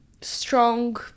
Strong